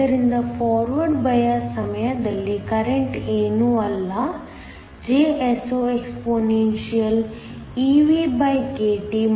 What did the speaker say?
ಆದ್ದರಿಂದ forward bias ಸಮಯದಲ್ಲಿ current ಏನೂ ಅಲ್ಲ JsoexpeVkT 1